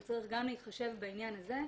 על כך שצריך להתחשב גם בעניין הזה.